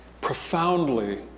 profoundly